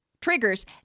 triggers